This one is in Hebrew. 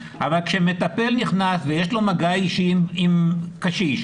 אבל כשמטפל נכנס ויש לו מגע אישי עם קשיש,